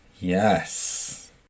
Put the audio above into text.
Yes